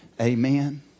Amen